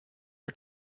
are